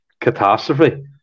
catastrophe